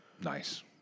nice